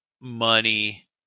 money